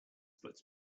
puts